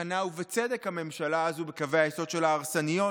מכנה בצדק הממשלה הזאת בקווי היסוד שלה כהרסניות,